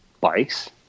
bikes